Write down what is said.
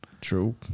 True